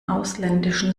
ausländischen